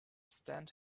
stand